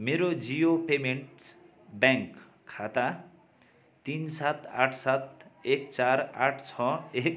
मेरो Jio payments bank खाता तिन सात आठ सात एक चार आठ छ एक